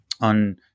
on